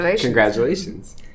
Congratulations